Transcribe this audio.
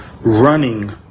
running